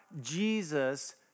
Jesus